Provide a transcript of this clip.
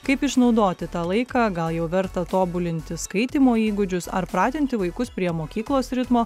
kaip išnaudoti tą laiką gal jau verta tobulinti skaitymo įgūdžius ar pratinti vaikus prie mokyklos ritmo